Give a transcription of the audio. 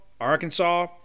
Arkansas